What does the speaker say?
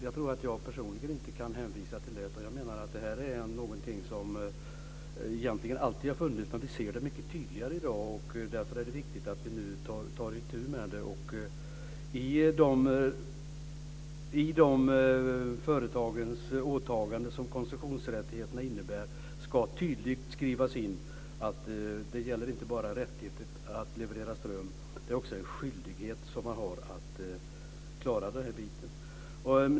Jag tror att jag personligen inte kan hänvisa till det. Jag menar att det här är något som egentligen alltid har funnits, men vi ser det mycket tydligare i dag. Därför är det viktigt att vi nu tar itu med det. I de företagens åtaganden som koncessionsrättigheterna innebär ska det tydligt skrivas in att det inte bara gäller rättigheter att leverera ström. Det är också en skyldighet som man har att klara det här.